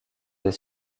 des